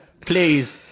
Please